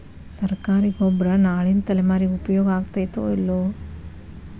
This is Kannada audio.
ಸರ್ಕಾರಿ ಗೊಬ್ಬರ ನಾಳಿನ ತಲೆಮಾರಿಗೆ ಉಪಯೋಗ ಆಗತೈತೋ, ಇಲ್ಲೋ?